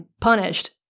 punished